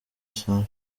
san